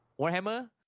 Warhammer